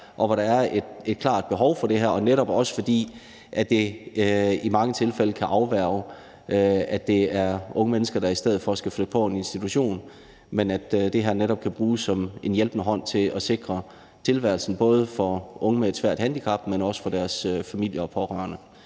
og som har et klart behov for det her – også fordi det i mange tilfælde kan afværge, at unge mennesker i stedet for skal flytte på en institution, og hvor det her netop kan bruges som en hjælpende hånd til at sikre tilværelsen, både for unge med et svært handicap, men også for deres familier og pårørende.